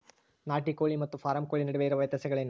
ನಾಟಿ ಕೋಳಿ ಮತ್ತು ಫಾರಂ ಕೋಳಿ ನಡುವೆ ಇರುವ ವ್ಯತ್ಯಾಸಗಳೇನು?